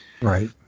Right